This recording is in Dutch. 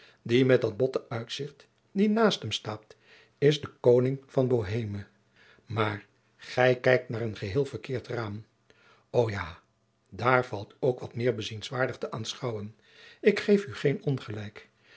die met dat botte uitzicht die naast hem staat is de kloning van boheme maar gij kijkt naar een geheel verkeerd raam ho ja daar valt ook wat meer bezienswaardig te aanschouwen ik geef u geen ongelijk